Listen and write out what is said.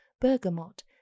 bergamot